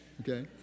okay